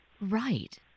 Right